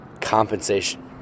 Compensation